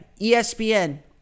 ESPN